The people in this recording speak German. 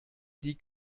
die